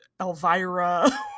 Elvira